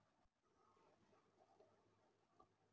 Direct deposit ನ ಹೆಂಗ್ set ಮಾಡೊದು?